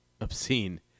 obscene